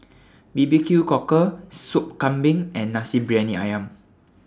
B B Q Cockle Sop Kambing and Nasi Briyani Ayam